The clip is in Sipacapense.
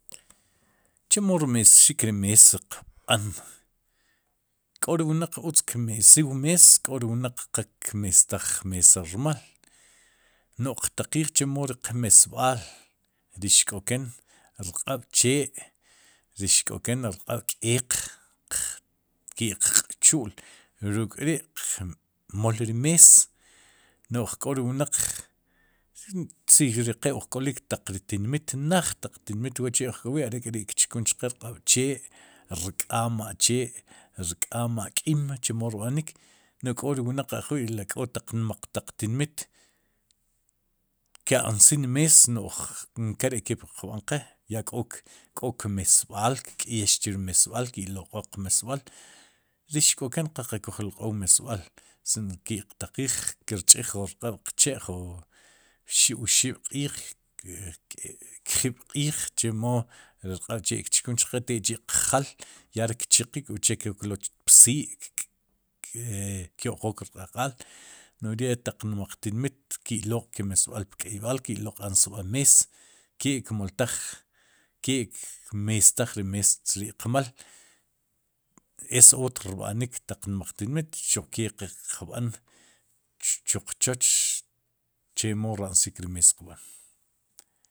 Chemo rmessik ri mees qb'an k'o ri wnaq utz kmesik wu mees k'o ri wnaq qa kmeestaj wu mees rmal, no'j qtaqiij chemo ri qmeesb'al ri xk'oken ri rq'aab'chee, ri xk'oken rq'ab'k'eeq, ki'q qchu'l ruk'ri' qmool ri mees, n'oj k'o ri wnaq si qe uj k'olik taq ri tinmit naaj, taq tinmit wa'chi' ojk'owi' are'k'ri'kchkun chqe rq'aab'chee rk'ama'chee rk'ama'k'iim no'j k'o ri wnaq ajwi'ri kó taq nmaq taq tinmit ka'nsin mees no'j nkere'kep wu qb'an qe ya k'o k'o kmeesbál kk'eyex chi ri meesb'al ki loq'waaq mesb'al ri ixk'oken qla qe kuj loq' ilq'oow meesb'al sin ke'q taqiij, ki rch'ij jun arq'b'qche' ju oxib'q'iij ke ke kjib'q'iij chemo ri rq'ab'chee kchkun chqe tek'chi'qjaal yari kchiqiq oche psi'y k e kyo'qook rq'aq'aal no'j ya taq nmaq tinmit ki'loq'ke mesb'al pk'eyb'al ki'loq'nsb'al mees ke kmotaj ke kmestaj ri mees ri'qmaal, esoort rb'anik taq nmaq tinmiit xuqke qe qb'an chuqchuch chemo ra'nxik ri mees qb'aan.